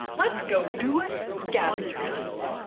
let's go do a scavenger hunt!